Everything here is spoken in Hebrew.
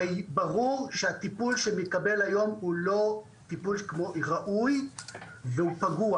הרי ברור שהטיפול שמתקבל היום הוא לא טיפול ראוי והוא פגוע.